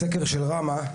בסקר של רמ"ה,